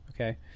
Okay